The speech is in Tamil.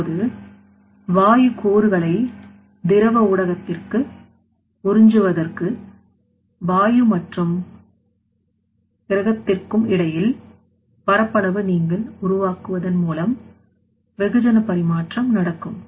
இப்போது வாயு கூறுகளை திரவ ஊடகத்திற்கு உறிஞ்சுவதற்கு வாயு மற்றும் கிரகத்திற்கும் இடையில் பரப்பளவை நீங்கள் உருவாக்குவதன் மூலம் வெகுஜன பரிமாற்றம் நடக்கும்